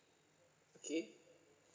okay